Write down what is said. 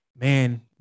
man